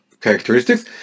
characteristics